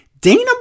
Dana